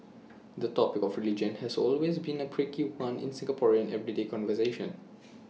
the topic of religion has always been A prickly one in Singaporean everyday conversation